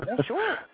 Sure